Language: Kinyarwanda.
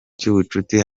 cy’ubucuti